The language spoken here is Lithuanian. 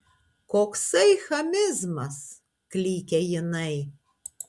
koksai chamizmas klykia jinai